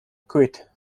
quit